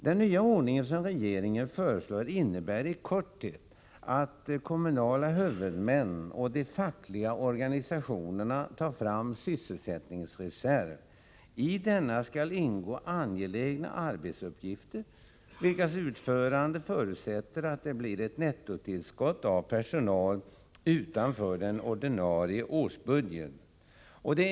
Den nya ordning som regeringen föreslår innebär i korthet att de kommunala huvudmännen och de fackliga organisationerna tar fram sysselsättningsreserv. I denna skall ingå angelägna arbetsuppgifter, vilkas utförande förutsätter att det blir ett nettotillskott av personal utanför den ordinarie årsbudgeten.